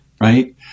right